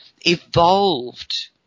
evolved